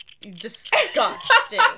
Disgusting